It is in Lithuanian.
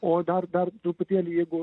o dar dar truputėlį jėgų